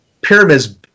pyramids